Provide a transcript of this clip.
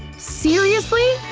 seriously!